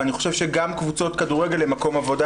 ואני חושב שגם קבוצות כדורגל הן מקום עבודה,